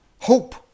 Hope